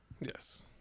Yes